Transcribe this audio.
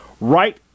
right